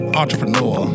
entrepreneur